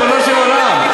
ריבונו של עולם.